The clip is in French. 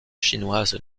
chinoise